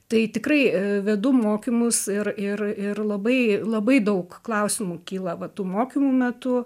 tai tikrai vedu mokymus ir ir ir labai labai daug klausimų kyla va tų mokymų metu